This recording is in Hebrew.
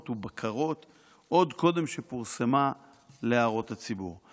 ובקרות עוד קודם שפורסמה להערות הציבור.